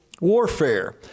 warfare